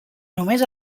només